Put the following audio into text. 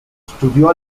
studiò